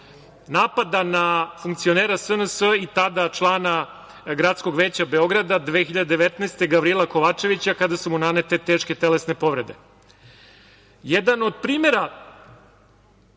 napada na funkcionera SNS-a i tada člana gradskog veća Beograda 2019. godine, Gavrila Kovačevića, kada su mu nanete teške telesne povrede. Jedan